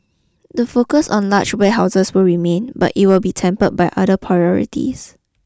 the focus on large warehouses will remain but it will be tempered by other priorities